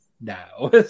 now